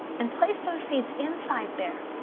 and place those seeds inside there.